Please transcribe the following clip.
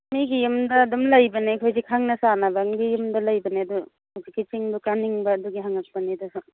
ꯃꯤꯒꯤ ꯌꯨꯝꯗ ꯑꯗꯨꯝ ꯂꯩꯕꯅꯦ ꯑꯩꯈꯣꯏꯗꯤ ꯈꯪꯅ ꯆꯥꯟꯅꯕ ꯑꯃꯒꯤ ꯌꯨꯝꯗ ꯂꯩꯕꯅꯦ ꯑꯗꯨ ꯍꯧꯖꯤꯛꯀꯤ ꯆꯤꯡꯗꯨ ꯀꯥꯅꯤꯡꯕ ꯑꯗꯨꯒꯤ ꯍꯪꯉꯛꯄꯅꯤꯗ ꯁꯨꯝ